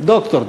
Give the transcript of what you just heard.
דוקטור,